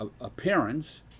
appearance